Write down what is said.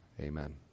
Amen